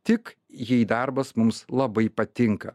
tik jei darbas mums labai patinka